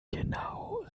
genau